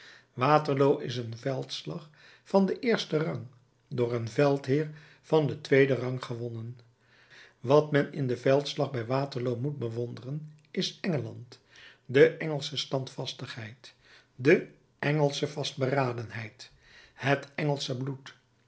waterloo is een veldslag van den eersten rang door een veldheer van den tweeden rang gewonnen wat men in den veldslag bij waterloo moet bewonderen is engeland de engelsche standvastigheid de engelsche vastberadenheid het engelsch bloed